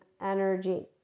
energy